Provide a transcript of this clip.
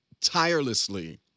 tirelessly